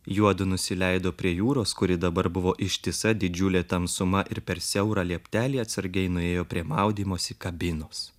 juodu nusileido prie jūros kuri dabar buvo ištisa didžiulė tamsuma ir per siaurą lieptelį atsargiai nuėjo prie maudymosi kabinos